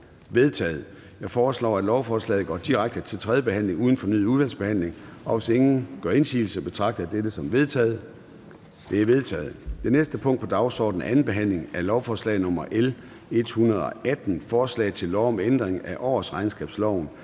Jeg foreslår, at lovforslaget går direkte til tredje behandling uden fornyet udvalgsbehandling. Hvis ingen gør indsigelse, betragter jeg dette som vedtaget. Det er vedtaget. --- Det næste punkt på dagsordenen er: 17) 2. behandling af lovforslag nr. L 88: Forslag til lov om forsikringsvirksomhed